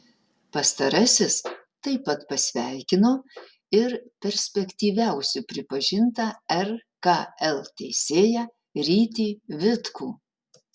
pastarasis taip pat pasveikino ir perspektyviausiu pripažintą rkl teisėją rytį vitkų